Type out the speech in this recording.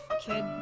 kid